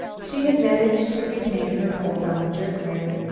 she had managed to retain her hold on the jerk-rein.